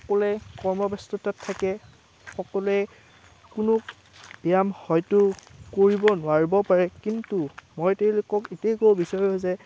সকলোৱে কৰ্ম ব্যস্ততাত থাকে সকলোৱে কোনো ব্যায়াম হয়টো কৰিব নোৱাৰিব পাৰে কিন্তু মই তেওঁলোকক এইটোৱে ক'ব বিচাৰো যে